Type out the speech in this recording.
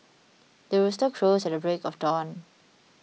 the rooster crows at the break of dawn